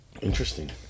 Interesting